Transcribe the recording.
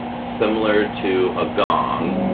similar to a gong